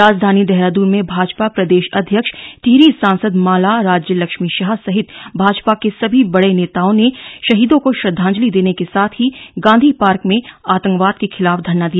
राजधानी देहराद्रन में भाजपा प्रदेश अध्यक्ष टिहरी सांसद माला राज्य लक्ष्मी शाह सहित भाजपा के सभी बड़े नेताओं ने शहीदों को श्रद्धांजलि देने के साथ ही गांधी पार्क में आतंकवाद के खिलाफ धरना दिया